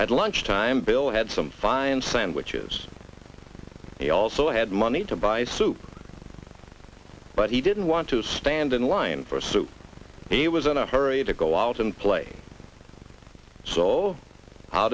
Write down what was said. at lunch time bill had some fine sandwiches he also had money to buy soup but he didn't want to stand in line for a suit he was in a hurry to go out and play so